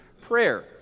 prayer